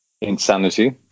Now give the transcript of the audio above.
insanity